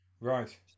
Right